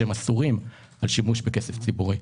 שהם אסורים לשימוש בכסף ציבורי.